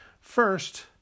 First